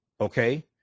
Okay